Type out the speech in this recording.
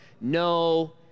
no